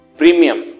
premium